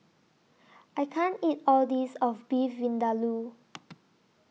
I can't eat All This of Beef Vindaloo